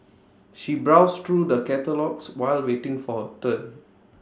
she browsed through the catalogues while waiting for turn